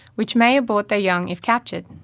which may abort their young if captured.